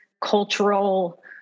cultural